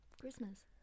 Christmas